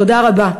תודה רבה.